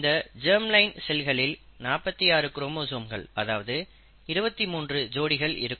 இந்த germ line செல்களில் 46 குரோமோசோம்கள் அதாவது 23 ஜோடிகள் இருக்கும்